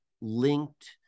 linked